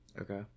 okay